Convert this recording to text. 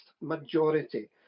majority